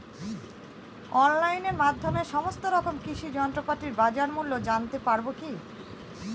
অনলাইনের মাধ্যমে সমস্ত রকম কৃষি যন্ত্রপাতির বাজার মূল্য জানতে পারবো কি?